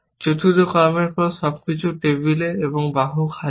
চতুর্থ কর্মের পরে সবকিছু টেবিলে এবং বাহু খালি হয়